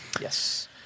Yes